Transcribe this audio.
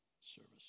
service